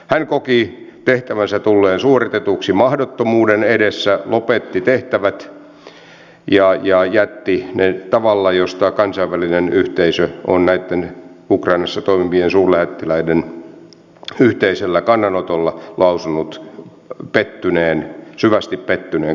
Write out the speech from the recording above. hän koki tehtävänsä tulleen suoritetuksi mahdottomuuden edessä lopetti tehtävät ja jätti ne tavalla josta kansainvälinen yhteisö on näitten ukrainassa toimivien suurlähettiläiden yhteisellä kannanotolla lausunut syvästi pettyneen käsityksensä